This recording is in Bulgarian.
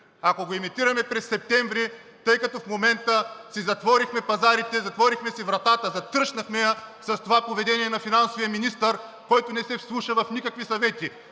Ако го емитираме през септември, тъй като в момента си затворихме пазарите, затворихме си вратата, затръшнахме я с това поведение на финансовия министър, който не се вслушва в никакви съвети,